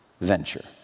venture